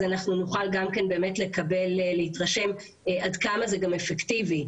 אז אנחנו נוכל גם כן באמת להתרשם עד כמה זה גם אפקטיבי.